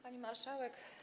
Pani Marszałek!